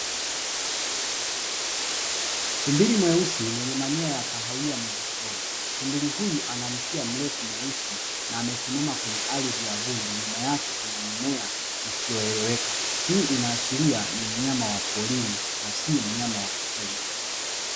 Tumbili mweusi mwenye manyoya ya kahawia mgogoni tumbili huyo ana mkia mrefu mweusi, amesimama kwenye ardhi ya vumbi, nyuma yake kuna mimea isiyo elezea, hii ina ashiria ni mnyama wa porini sio wa kufugwa.